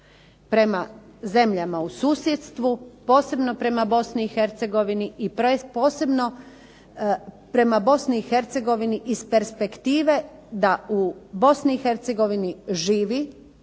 prema zemljama u susjedstvu, posebno prema BiH i posebno prema BiH iz perspektive da u BiH živi